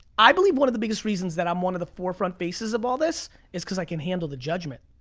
i believe one of the biggest reasons that i'm one of the forefront faces of all this is cause i can handle the judgment.